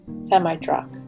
semi-truck